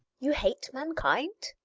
you hate mankind?